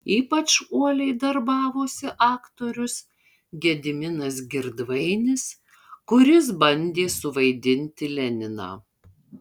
ypač uoliai darbavosi aktorius gediminas girdvainis kuris bandė suvaidinti leniną